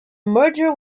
merger